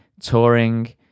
touring